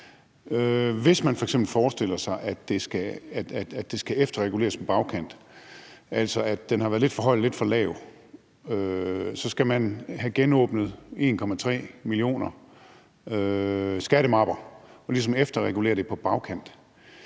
Hvis man f.eks. forestiller sig, at det skal efterreguleres på bagkant, altså at den har været lidt for høj eller lidt for lav, så skal man have genåbnet 1,3 millioner skattemapper og ligesom efterregulere det på bagkant.